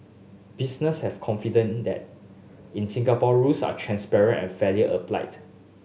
business have confidence in that in Singapore rules are transparent and fairly applied